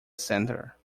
center